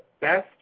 best